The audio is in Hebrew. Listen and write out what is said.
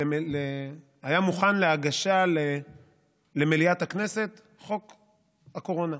היה מוכן להגשה למליאת הכנסת חוק הקורונה,